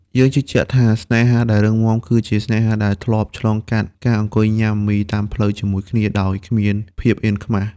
យើងជឿជាក់ថា ស្នេហាដែលរឹងមាំ គឺស្នេហាដែលធ្លាប់ឆ្លងកាត់ការអង្គុយញ៉ាំមីតាមផ្លូវជាមួយគ្នាដោយគ្មានភាពអៀនខ្មាស។